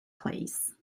place